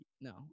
No